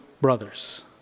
brothers